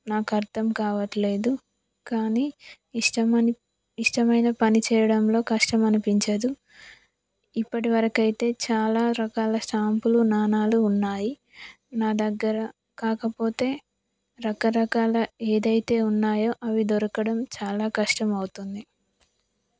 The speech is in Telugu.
నాకు అర్థం కావట్లేదు కానీ ఇష్టమని ఇష్టమైన పని చేయడంలో కష్టం అనిపించదు ఇప్పటివరకు అయితే చాలా రకాల స్టాంపులు నాణ్యాలు ఉన్నాయి నా దగ్గర కాకపోతే రకరకాల ఏదైతే ఉన్నాయో అవి దొరకడం చాలా కష్టం అవుతుంది